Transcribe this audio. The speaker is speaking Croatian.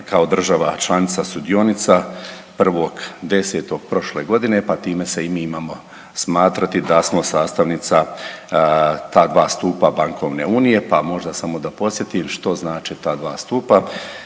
kao država članica sudionica 1.10. prošle godine, pa time se i mi imamo smatrati da smo sastavnica ta dva stupa bankovne unije, pa možda samo da posjetim što znače ta dva stupa.